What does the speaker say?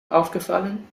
aufgefallen